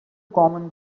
common